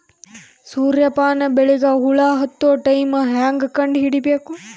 ಸೂರ್ಯ ಪಾನ ಬೆಳಿಗ ಹುಳ ಹತ್ತೊ ಟೈಮ ಹೇಂಗ ಕಂಡ ಹಿಡಿಯಬೇಕು?